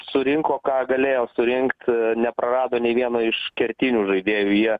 surinko ką galėjo surinkt neprarado nei vieno iš kertinių žaidėjų jie